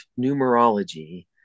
numerology